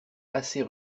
assez